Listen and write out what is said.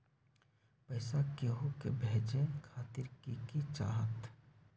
पैसा के हु के भेजे खातीर की की चाहत?